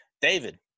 David